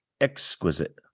exquisite